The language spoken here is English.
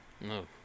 No